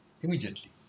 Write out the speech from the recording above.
immediately